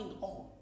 on